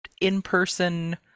in-person